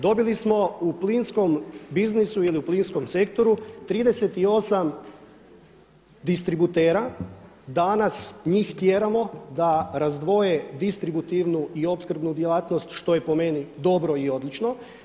Dobili smo u plinskom biznisu ili u plinskom sektoru 38 distributera, danas njih tjeramo da razdvoje distributivnu i opskrbnu djelatnost što je po meni dobro i odlično.